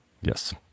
Yes